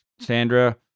Sandra